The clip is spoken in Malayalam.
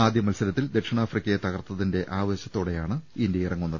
ആദ്യ മത്സരത്തിൽ ദക്ഷിണാഫ്രിക്കയെ തകർത്തിന്റെ ആവേശവുമായാണ് ഇന്ത്യ ഇറങ്ങുന്നത്